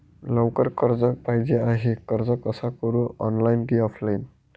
लवकर कर्ज पाहिजे आहे अर्ज कसा करु ऑनलाइन कि ऑफलाइन?